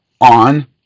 on